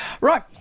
Right